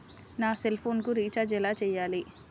నా సెల్ఫోన్కు రీచార్జ్ ఎలా చేయాలి?